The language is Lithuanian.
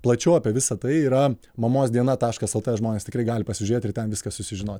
plačiau apie visa tai yra mamos diena taškas lt žmonės tikrai gali pasižiūrėt ir ten viską susižinot